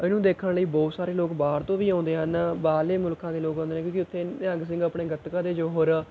ਇਹਨੂੰ ਦੇਖਣ ਲਈ ਬਹੁਤ ਸਾਰੇ ਲੋਕ ਬਾਹਰ ਤੋਂ ਵੀ ਆਉਂਦੇ ਹਨ ਬਾਹਰਲੇ ਮੁਲਕਾਂ ਦੇ ਲੋਕ ਆਉਂਦੇ ਨੇ ਕਿਉਂਕਿ ਉੱਥੇ ਨਿਹੰਗ ਸਿੰਘ ਆਪਣੇ ਗੱਤਕਾ ਦੇ ਜੌਹਰ